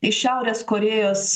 iš šiaurės korėjos